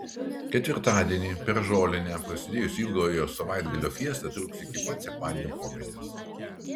ketvirtadienį per žolinę prasidėjusi ilgojo savaitgalio fiesta truks iki pat sekmadienio popietės